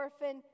orphan